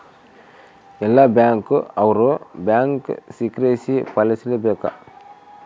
ಎಲ್ಲ ಬ್ಯಾಂಕ್ ಅವ್ರು bank secrecy ಪಾಲಿಸಲೇ ಬೇಕ